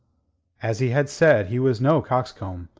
as he had said, he was no coxcomb.